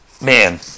Man